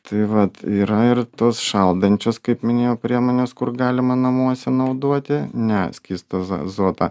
tai vat yra ir tos šaldančios kaip minėjau priemonės kur galima namuose naudoti ne skystą zazotą